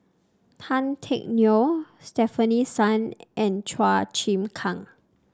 Tan Teck Neo Stefanie Sun and Chua Chim Kang